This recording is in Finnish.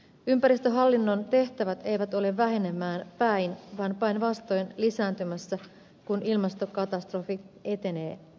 ympäristöhallinnon tehtävät eivät ole vähenemään päin vaan päinvastoin lisääntymässä kun ilmastokatastrofi etenee